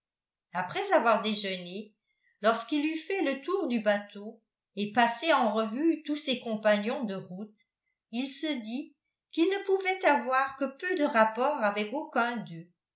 après avoir déjeuné lorsqu'il eut fait le tour du bateau et passé en revue tous ses compagnons de route il se dit qu'il ne pouvait avoir que peu de rapports avec aucun d'eux